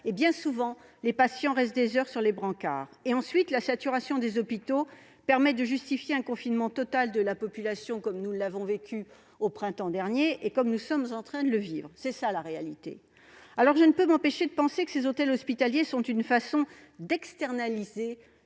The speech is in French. Bien souvent, les patients restent des heures sur les brancards. Ensuite, la saturation des hôpitaux permet de justifier un confinement total de la population, comme nous l'avons vécu au printemps dernier, et comme nous sommes en train de le vivre. Telle est la réalité ! Alors je ne peux m'empêcher de penser que ces hôtels hospitaliers sont une façon d'externaliser